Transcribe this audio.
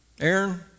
Aaron